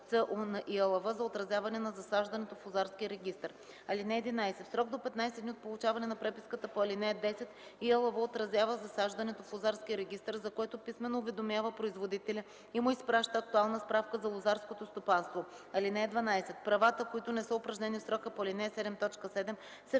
ЦУ на ИАЛВ за отразяване на засаждането в лозарския регистър. (11) В срок до 15 дни от получаването на преписката по ал. 10 ИАЛВ отразява засаждането в лозарския регистър, за което писмено уведомява производителя и му изпраща актуална справка на лозарското стопанство. (12) Правата, които не са упражнени в срока по ал. 7, т. 7, се